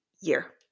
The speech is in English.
year